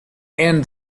and